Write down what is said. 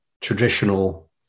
traditional